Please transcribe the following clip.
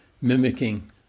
mimicking